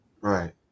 right